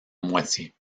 moitié